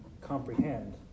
comprehend